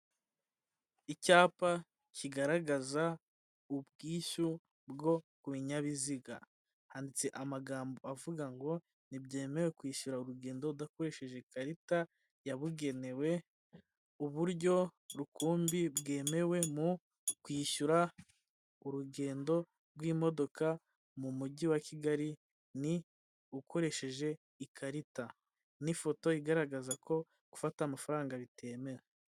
Icyapa kigaragaza ubwishyu bwo ku binyabiziga. Handitse amagambo avuga ngo ntibyemewe kwishyura urugendo udakoresheje ikarita yabugenewe, uburyo rukumbi bwemewe mu kwishyura urugendo rw'imodoka mu mujyi wa Kigali ni ukoresheje ikarita. N'ifoto igaragaza ko gufata amafaranga bitemewe.